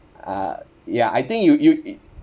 uh ya I think you you